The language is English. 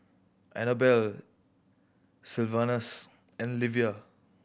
Anabel Sylvanus and Livia